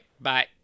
bye